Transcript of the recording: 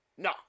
No